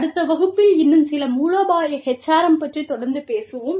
அடுத்த வகுப்பில் இன்னும் சில மூலோபாய HRM பற்றித் தொடர்ந்து பேசுவோம்